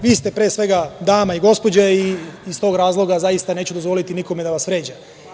Vi ste, pre svega, dama i gospođa i iz tog razloga zaista neću dozvoliti nikome da vas vređa.